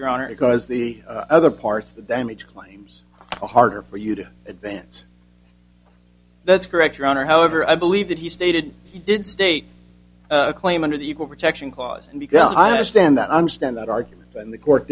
your honor because the other parts of the damage claim the harder for you to advance that's correct your honor however i believe that he stated he did state a claim under the equal protection clause and because i understand that i understand that argument and the co